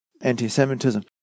anti-Semitism